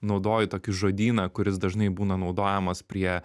naudoji tokį žodyną kuris dažnai būna naudojamas prie